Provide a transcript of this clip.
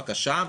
בקשה.